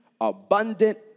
abundant